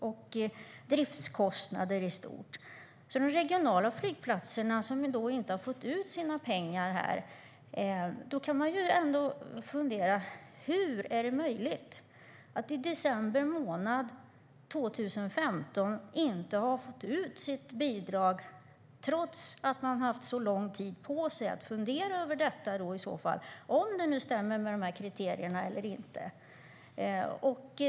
Och det handlar om driftskostnader i stort. De regionala flygplatserna har inte fått ut sina pengar. Då kan man undra: Hur är det möjligt att de i december månad 2015 inte har fått ut sitt bidrag, trots att man har haft så lång tid på sig att fundera över om det stämmer med kriterierna eller inte?